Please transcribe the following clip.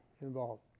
involved